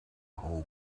whole